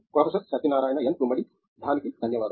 professor Satyanarayana N Gummadi దానికి ధన్యవాదాలు